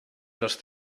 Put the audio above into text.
los